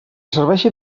serveixi